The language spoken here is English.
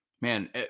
Man